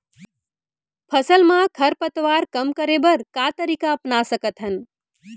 फसल मा खरपतवार कम करे बर का तरीका अपना सकत हन?